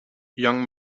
young